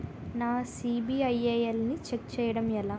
నా సిబిఐఎల్ ని ఛెక్ చేయడం ఎలా?